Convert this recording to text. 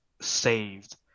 saved